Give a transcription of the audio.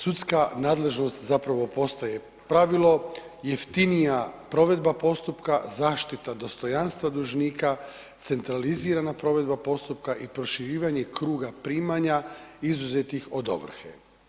Sudska nadležnost zapravo postaje pravilo, jeftinija provedba postupka, zaštita dostojanstva dužnika, centralizirana provedba postupka i proširivanje kruga primanja izuzetih od ovrhe.